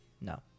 No